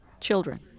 children